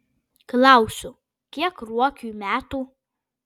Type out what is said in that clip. klausiu kiek ruokiui metų